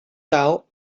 taal